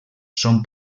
són